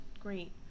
Great